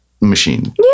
machine